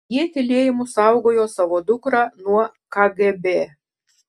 jie tylėjimu saugojo savo dukrą nuo kgb